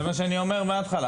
זה מה שאני אומר מהתחלה.